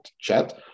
chat